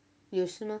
你有试吗